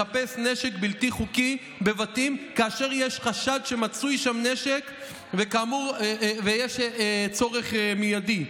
לחפש נשק בלתי חוקי בבתים כאשר יש חשד שמצוי שם נשק ויש צורך מיידי.